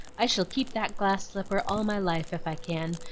i shall keep that glass slipper all my life, if i can,